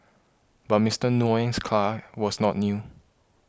but Mister Nguyen's car was not new